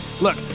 Look